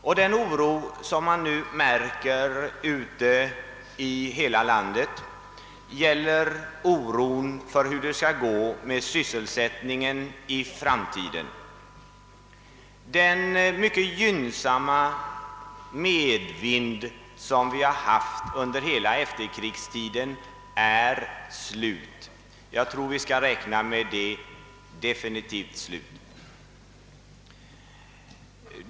Ute i hela landet märker vi nu en oro för hur det skall gå med sysselsättningen i framtiden. Den mycket gynnsamma medvind som vi haft under hela efterkrigstiden har upphört — och jag tror vi skall räkna med att den definitivt upphört.